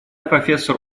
профессор